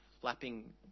flapping